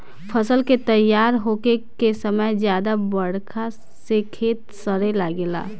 फसल के तइयार होखे के समय ज्यादा बरखा से खेत सड़े लागेला